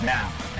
Now